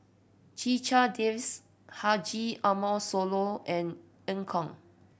Checha Davies Haji Ambo Sooloh and Eu Kong